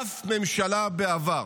אף ממשלה בעבר